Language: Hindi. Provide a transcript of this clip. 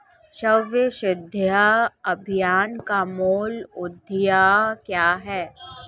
सर्व शिक्षा अभियान का मूल उद्देश्य क्या है?